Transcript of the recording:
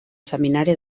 seminari